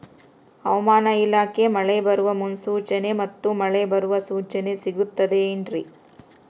ಹವಮಾನ ಇಲಾಖೆ ಮಳೆ ಬರುವ ಮುನ್ಸೂಚನೆ ಮತ್ತು ಮಳೆ ಬರುವ ಸೂಚನೆ ಸಿಗುತ್ತದೆ ಏನ್ರಿ?